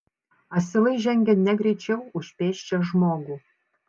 asilai žengė negreičiau už pėsčią žmogų